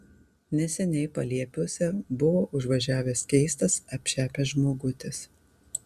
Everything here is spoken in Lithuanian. neseniai paliepiuose buvo užvažiavęs keistas apšepęs žmogutis